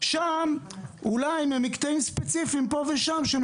שם אולי יקבלו מקטעים ספציפיים פה ושם,